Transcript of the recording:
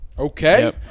Okay